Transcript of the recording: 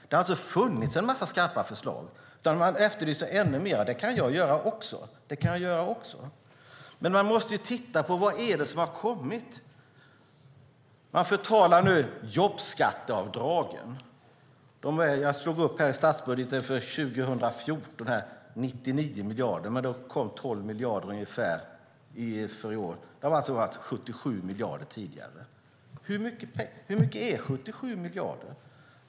Det har alltså funnits en massa skarpa förslag! Han efterlyser ännu fler. Det kan jag också göra. Men man måste titta på vad det är som har kommit. Man förtalar nu jobbskatteavdragen. Jag slog upp i statsbudgeten för 2014 att de nu är 99 miljarder, men då tillkom ungefär 12 miljarder i år. De har alltså varit på 77 miljarder tidigare. Hur mycket är 77 miljarder?